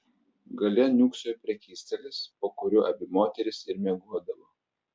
gale niūksojo prekystalis po kuriuo abi moterys ir miegodavo